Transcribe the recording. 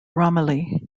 romilly